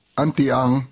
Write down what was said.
antiang